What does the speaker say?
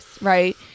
right